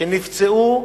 שנפצעו,